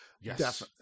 Yes